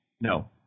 No